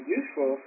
useful